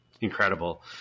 incredible